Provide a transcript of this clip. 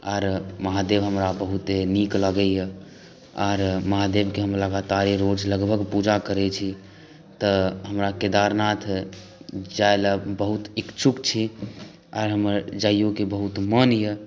आर महादेव हमरा बहुते नीक लगैया आर महादेवक हम लगातारे रोज लगभग पूजा करै छी तऽ हमरा केदारनाथ जाय लए बहुत इच्छुक छी आ हमर जाइयोक बहुत मोन यऽ